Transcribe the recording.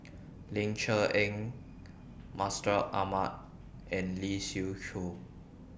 Ling Cher Eng Mustaq Ahmad and Lee Siew Choh